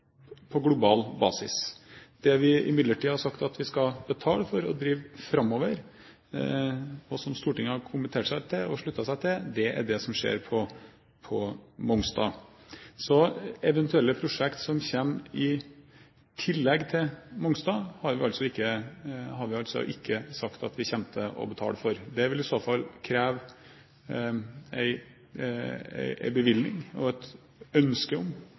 på global basis. Det vi imidlertid har sagt at vi skal betale for å drive framover, og som Stortinget har kommentert, og sluttet seg til, er det som skjer på Mongstad. Så eventuelle prosjekt som kommer i tillegg til Mongstad, har vi altså ikke sagt at vi kommer til å betale for. Det vil i så fall kreve en bevilgning og et ønske om